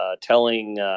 telling